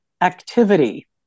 activity